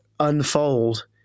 unfold